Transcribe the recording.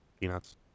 Peanuts